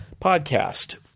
podcast